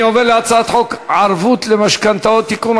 אני עובר להצעת חוק ערבות למשכנתאות (תיקון,